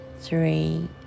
three